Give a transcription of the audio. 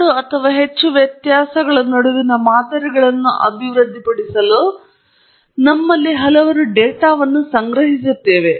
ಎರಡು ಅಥವಾ ಹೆಚ್ಚು ವ್ಯತ್ಯಾಸಗಳ ನಡುವೆ ಮಾದರಿಗಳನ್ನು ಅಭಿವೃದ್ಧಿಪಡಿಸಲು ನಮ್ಮಲ್ಲಿ ಹಲವರು ಡೇಟಾವನ್ನು ಸಂಗ್ರಹಿಸುತ್ತೇವೆ